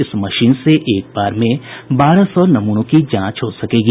इस मशीन से एक बार में बारह सौ नमूनों की जांच हो सकेगी